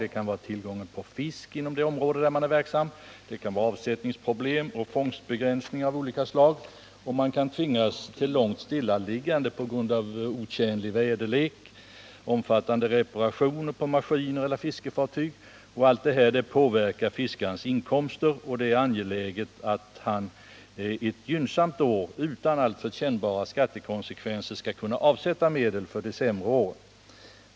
Det kan vara tillgången på fisk inom det område där man är verksam, det kan vara avsättningsproblem och fångstbegränsningar av olika slag och det kan vara sådana omständigheter som att man tvingas till långvarigt stillaliggande på grund av otjänlig väderlek eller omfattande reparationer på maskiner eller fiskefartyg. Allt detta påverkar fiskarens inkomster, och det är därför angeläget att han ett gynnsamt år utan alltför kännbara skattekonsekvenser kan avsätta medel för de sämre åren.